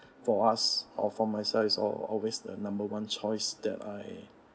for us or for myself is always the number one choice that I